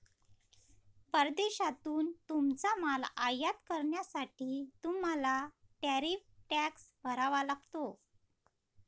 परदेशातून तुमचा माल आयात करण्यासाठी तुम्हाला टॅरिफ टॅक्स भरावा लागतो